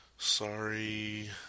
Sorry